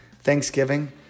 Thanksgiving